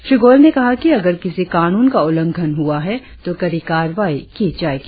श्री गोयल ने कहा कि अगर किसी कानून का उल्लंघन हुआ है तो कड़ी कारवाई की जाएगी